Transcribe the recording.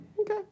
Okay